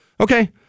Okay